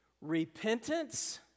Repentance